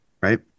Right